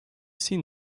seen